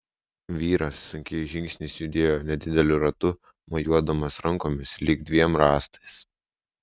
vyras sunkiais žingsniais judėjo nedideliu ratu mojuodamas rankomis lyg dviem rąstais